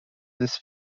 this